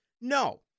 No